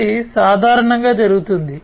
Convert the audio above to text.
ఇది సాధారణంగా జరుగుతుంది